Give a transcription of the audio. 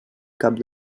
cap